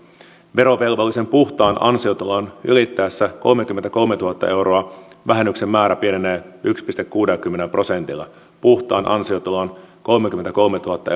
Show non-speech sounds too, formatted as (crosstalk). verovelvollisen puhtaan ansiotulon ylittäessä kolmekymmentäkolmetuhatta euroa vähennyksen määrä pienenee yhdellä pilkku kuudellakymmenellä prosentilla puhtaan ansiotulon kolmekymmentäkolmetuhatta (unintelligible)